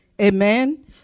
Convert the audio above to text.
Amen